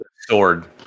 sword